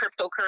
cryptocurrency